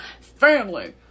Family